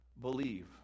believe